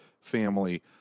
family